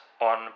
on